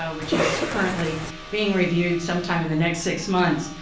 ah which is currently being reviewed sometime in the next six months,